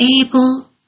able